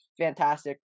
fantastic